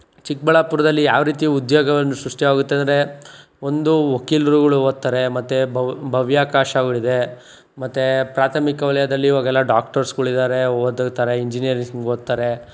ಚಿಕ್ಕಬಳ್ಳಾಪುರ್ದಲ್ಲಿ ಯಾವ ರೀತಿ ಉದ್ಯೋಗವನ್ನು ಸೃಷ್ಟಿ ಆಗುತ್ತೆ ಅಂದರೆ ಒಂದು ವಕೀಲ್ರುಗಳು ಓದ್ತಾರೆ ಮತ್ತು ಭವ ಭವ್ಯಾಕಾಶಗಳಿದೆ ಮತ್ತು ಪ್ರಾಥಮಿಕ ವಲಯದಲ್ಲಿ ಇವಾಗೆಲ್ಲ ಡಾಕ್ಟರ್ಸ್ಗಳಿದ್ದಾರೆ ಓದಿರ್ತಾರೆ ಇಂಜಿನಿಯರಿಂಗ್ ಓದ್ತಾರೆ